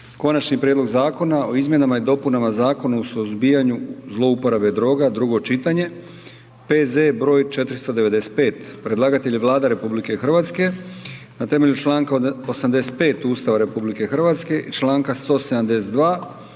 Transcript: Konačni prijedlog Zakona o izmjenama i dopunama Zakona o suzbijanju zlouporabe droga, drugo čitanje, P.Z.E. br. 495 Predlagatelj je Vlada Republike Hrvatske, na temelju čl. 85. Ustava RH i čl. 172. u svezi s člankom 190. Poslovnika Hrvatskog